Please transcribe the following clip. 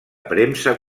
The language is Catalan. premsa